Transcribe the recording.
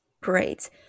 Great